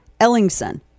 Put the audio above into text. Ellingson